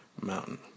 mountain